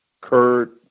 Kurt